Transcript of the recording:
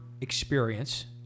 experience